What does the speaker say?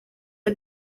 are